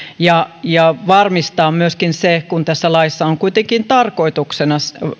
ja ja varmistaa myöskin se sillä tässä laissa on kuitenkin tarkoituksena